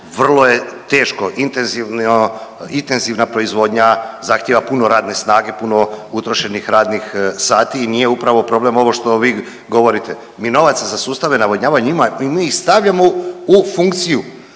intenzivno, intenzivna proizvodnja zahtijeva puno radne snage, puno utrošenih radnih sati i nije upravo problem što vi govorite. Mi novaca za sustave navodnjavanja imamo. Mi ih stavljamo u funkciju,